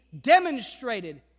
demonstrated